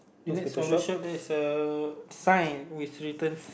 the next of the shop there is a sign which written